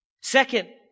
Second